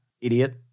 idiot